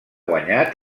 guanyat